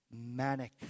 manic